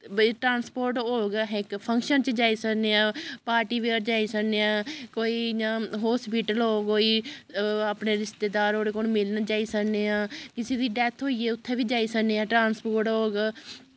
भाई ट्रांस्पोर्ट होग गै अस इक फंक्शन च जाई सकने आं पार्टी वियर जाई सकने आं कोई इ'यां होस्पिटल होग कोई अपने रिश्तेदार ओह्दे कोल मिलन जाई सकने आं कुसै दी डैत्थ होई जाऽ उत्थै बी जाई सकने आं ट्रांस्पोर्ट होग